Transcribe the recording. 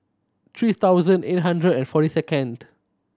three thousand eight hundred and forty second